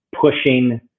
pushing